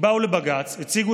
באו לבג"ץ, הציגו